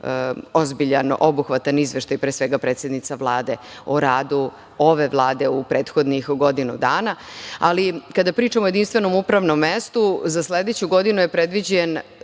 ozbiljan i obuhvatan izveštaj, pre svega predsednica Vlade, o radu ove Vlade u prethodnih godinu dana. Kada pričamo o jedinstvenom upravnom mestu, za sledeću godinu je predviđen